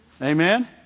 Amen